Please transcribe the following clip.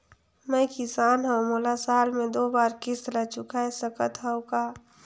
मैं किसान हव मोला साल मे दो बार किस्त ल चुकाय सकत हव का?